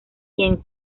quien